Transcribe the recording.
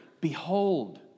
Behold